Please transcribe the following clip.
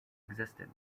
existed